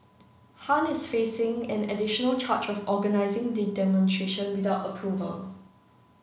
Han is facing an additional charge of organising the demonstration without approval